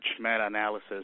meta-analysis